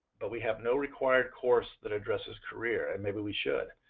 but we have no required course that addresses career and maybe we should.